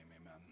amen